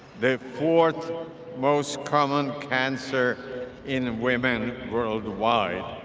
the fourth most common cancer in women worldwide